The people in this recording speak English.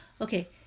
okay